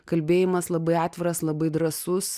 kalbėjimas labai atviras labai drąsus